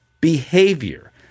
behavior